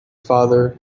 father